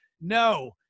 No